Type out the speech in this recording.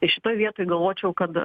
tai šitoj vietoj galvočiau kad